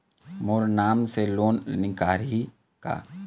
मोर नाम से लोन निकारिही का?